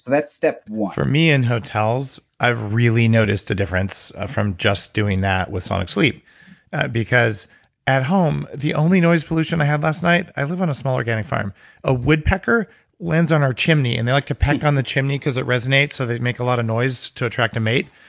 that's step one for me, in hotels i've really noticed a difference from just doing that with sonic sleep because at home, the only noise pollution i had last night, i live on a small organic farm a woodpecker lands on our chimney. and they like to peck on the chimney because it resonates, so they make a lot of noise to attract a mate.